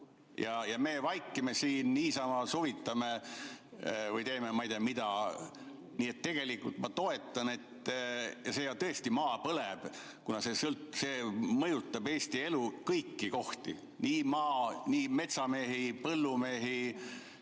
Me vaikime siin, niisama suvitame või teeme ma ei tea mida. Nii et tegelikult ma toetan. Tõesti maa põleb, kuna see mõjutab Eesti elu kõiki [aspekte], nii maa- kui ka metsamehi, põllumehi,